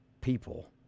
people